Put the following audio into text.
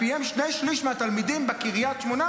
שלפיהם שני שלישים מהתלמידים המפונים בקריית שמונה